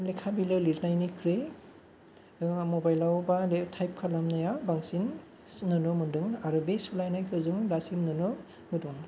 लेखा बिलाइ लिरनायनि ख्रुइ मबेलआव बा लेफथफआव थाइफ खालाम नाया बांसिन नुनो मोनदों आरो बे सोलायनायखौ जों दासिम नुनो मोनदों